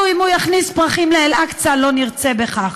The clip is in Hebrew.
אם הוא יכניס פרחים לאל-אקצא לא נרצה בכך.